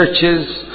churches